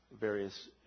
various